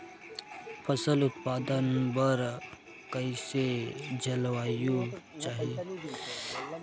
फसल उत्पादन बर कैसन जलवायु चाही?